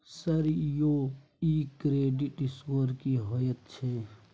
Sir यौ इ credit score की होयत छै?